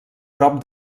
prop